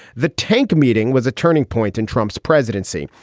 the tank meeting was a turning point in trump's presidency,